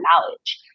knowledge